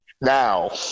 now